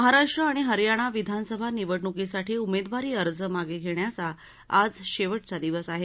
महाराष्ट्र आणि हरयाणा विधानसभा निवडणुकीसाठी उमेदवारी अर्ज मागे घेण्याचा आज शेवटचा दिवस आहे